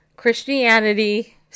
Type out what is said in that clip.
Christianity